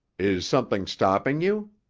is something stopping you?